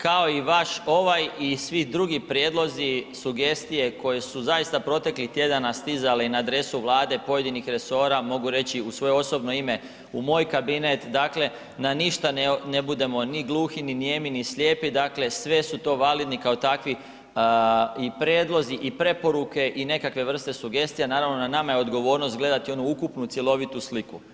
Kao i vaš ovaj i svi drugi prijedlozi, sugestije koje su zaista proteklih tjedana stizali na adresu Vlade pojedinih resora mogu reći u svoje osobno ime, u moj kabinet, dakle na ništa ne budemo ni gluhi, ni nijemi, ni slijepi, dakle sve su to validni kao takvi i prijedlozi i preporuke i nekakve vrste sugestija, naravno na nama je odgovornost gledati onu ukupnu cjelovitu sliku.